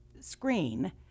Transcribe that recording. screen